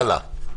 הלאה.